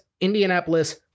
Indianapolis